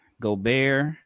Gobert